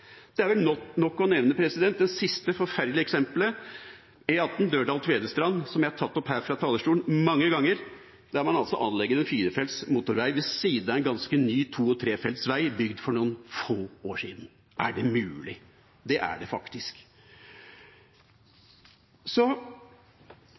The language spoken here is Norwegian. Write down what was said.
Det er vel nok å nevne det siste forferdelige eksemplet, E18 Dørdal–Tvedestrand, som jeg har tatt opp her fra talerstolen mange ganger, der man altså anlegger en firefelts motorvei ved siden av en ganske ny to- og trefelts vei bygd for noen få år siden. Er det mulig? Det er det faktisk.